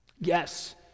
Yes